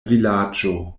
vilaĝo